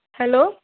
hello